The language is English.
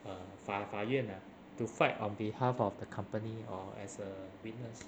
err 法法院 ah to fight on behalf of the company or as a witness